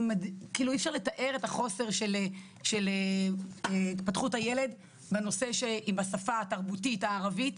אי אפשר לתאר את החוסר של התפתחות הילד עם השפה התרבותית הערבית,